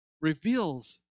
reveals